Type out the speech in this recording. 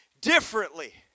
differently